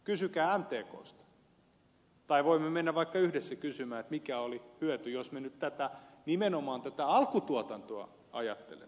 kysykää mtksta tai voimme mennä vaikka yhdessä kysymään mikä oli hyöty jos me nyt nimenomaan tätä alkutuotantoa ajattelemme